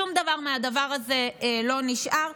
שום דבר מהדבר הזה לא נשאר.